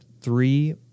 three